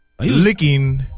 Licking